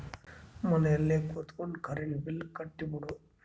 ಮನೆಲ್ ಕುತ್ಕೊಂಡ್ current bill ಕಟ್ಬೊಡು